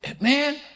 man